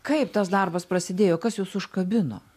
kaip tas darbas prasidėjo kas jus užkabino